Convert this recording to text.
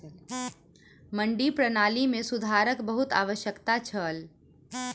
मंडी प्रणाली मे सुधारक बहुत आवश्यकता छल